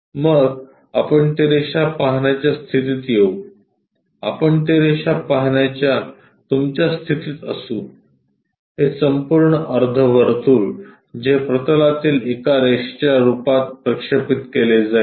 मग आपण ती रेषा पाहण्याच्या स्थितीत येऊ आपण ती रेषा पाहण्याच्या तुमच्या स्थितीत असू हे संपूर्ण अर्धवर्तुळ जे प्रतलातील एका रेषेच्या रूपात प्रक्षेपित केले जाईल